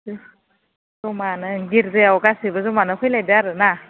दे जमानो गिर्जायाव गासैबो जमायैनो फैलायदो आरोना